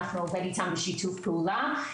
אנחנו עובדים איתם בשיתוף פעולה.